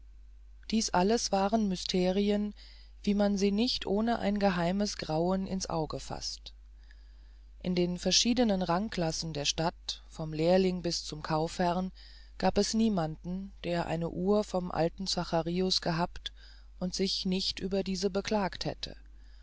das alles waren mysterien wie man sie nicht ohne ein geheimes grauen in's auge faßt in den verschiedenen rangklassen der stadt vom lehrling bis zum kaufherrn gab es niemanden der eine uhr vom alten zacharius gehabt und sich nicht über dieselbe beklagt hätte